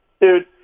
Dude